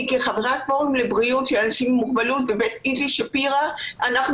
כחברת פורום הבריאות לאנשים עם מוגבלות בבית איזי שפירא אנחנו